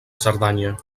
cerdanya